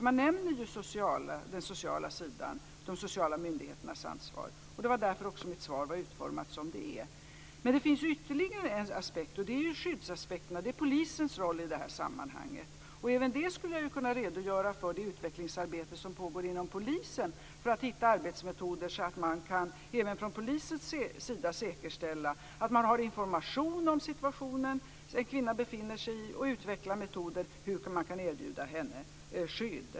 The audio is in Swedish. Man nämner ju den sociala sidan och de sociala myndigheternas ansvar. Det är därför mitt svar är utformat som det är. Det finns ytterligare en aspekt, och det är skyddsaspekten och polisens roll i sammanhanget. Även där skulle jag vilja redogöra för det utvecklingsarbete som pågår inom polisen för att hitta arbetsmetoder så att man även från polisens sida kan säkerställa att man har information om den situation som en kvinna befinner sig i och utveckla metoder för hur man kan erbjuda henne skydd.